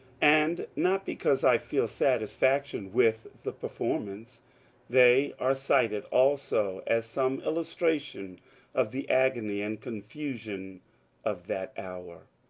and not because i feel satisfaction with the performance they are cited also as some illustration of the agony and confusion of that hour.